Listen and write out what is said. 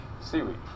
seaweed